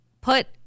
put